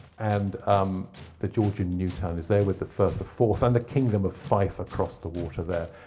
and um the georgian new town. it's there with the firth of fourth and the kingdom of fife across the water there.